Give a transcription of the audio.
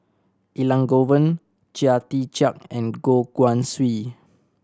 Elangovan Chia Tee Chiak and Goh Guan Siew